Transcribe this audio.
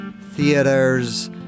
theaters